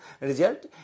result